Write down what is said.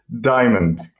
diamond